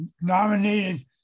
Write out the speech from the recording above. nominated